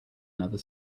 another